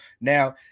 Now